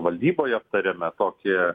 valdyboj aptarėme tokį